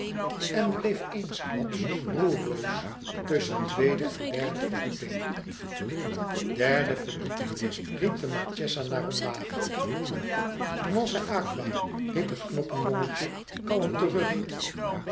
en bleef eensklaps roerloos tusschen tweede en derde verdieping derde verdieping riep de marchesa naar omlaag non c'è aqua riep het knoopenjongetje kalm terug